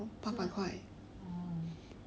actually 算便宜 liao